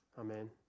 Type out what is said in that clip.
Amen